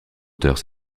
auteurs